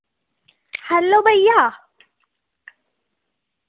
hello भैया